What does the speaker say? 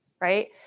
right